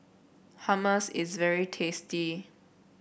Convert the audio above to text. hummus is very tasty